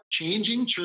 changing